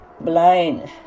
blind